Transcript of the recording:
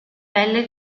pelle